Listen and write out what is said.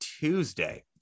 Tuesday